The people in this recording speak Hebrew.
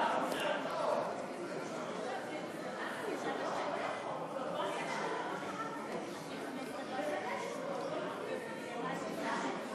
ניירות ערך (תיקון מס' 63), התשע"ז 2017, נתקבל.